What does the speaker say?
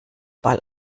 ball